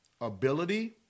ability